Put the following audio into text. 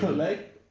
like